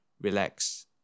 relax